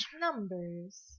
numbers